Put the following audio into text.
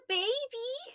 baby